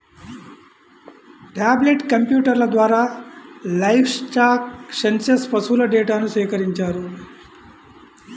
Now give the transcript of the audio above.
tablet కంప్యూటర్ల ద్వారా livestock census పశువుల డేటాను సేకరించారు